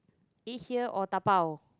eat here or dabao